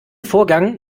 vorgang